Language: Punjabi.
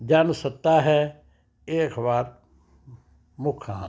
ਜਨ ਸੱਤਾ ਹੈ ਇਹ ਅਖ਼ਬਾਰ ਮੁੱਖ ਹਨ